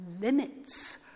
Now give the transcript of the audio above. limits